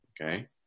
Okay